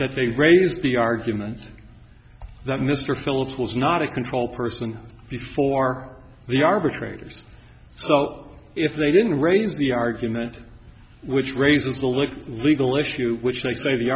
that they raised the argument that mr phillips was not a controlled person before the arbitrator's so if they didn't raise the argument which raises the little legal issue which they say the